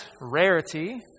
rarity